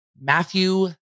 Matthew